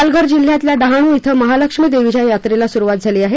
पालघर जिल्ह्यातल्या डहाणू अं महालक्ष्मी देवीच्या यात्रेला सुरुवात झाली आहे